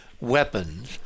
weapons